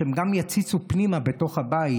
שהם גם יציצו פנימה אל תוך הבית.